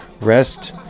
rest